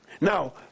Now